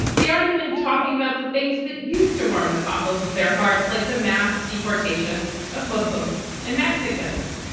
they aren't even talking about the things that used to warm the cockles of their hearts, like the mass deportation of muslims and mexicans.